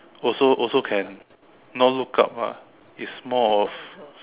also also can not look up lah it's more of